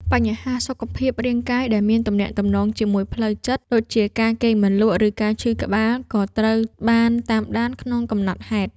បញ្ហាសុខភាពរាងកាយដែលមានទំនាក់ទំនងជាមួយផ្លូវចិត្ត ដូចជាការគេងមិនលក់ ឬការឈឺក្បាល ក៏ត្រូវបានតាមដានក្នុងកំណត់ហេតុ។